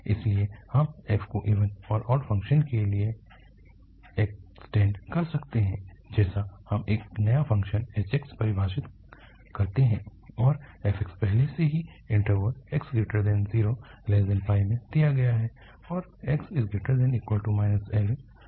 इसलिए हम f को इवन और ऑड फ़ंक्शन के लिए इक्स्टेन्ड सकते हैं जैसे हम एक नया फ़ंक्शन h परिभाषित करते हैं जहाँ f पहले से ही इन्टरवल 0≤xL में दिया गया है